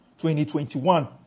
2021